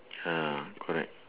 ya correct